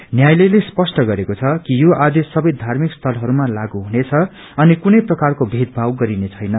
न्यायालयले स्पष्ट गरेको छ कि यो आदेश सबै धार्मिक स्थलहरूमा लागू हुनेछ अनि कुनै प्रकारको भेदभाव गरिने छैन